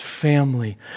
family